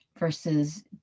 Versus